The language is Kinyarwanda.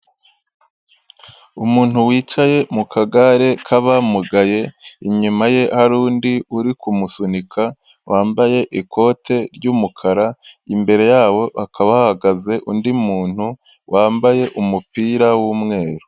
Umuntu wicaye mu kagare k'abamugaye, inyuma ye hari undi uri kumusunika wambaye ikote ry'umukara, imbere yabo hakaba hahagaze undi muntu wambaye umupira w'umweru.